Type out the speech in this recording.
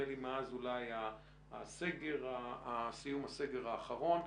מאז סיום הסגר האחרון,